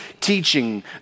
teaching